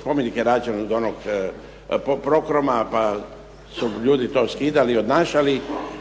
spomenik je rađen od onog prokroma, pa su ljudi to skidali i odnašali.